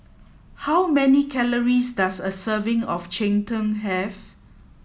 how many calories does a serving of cheng tng have